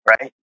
Right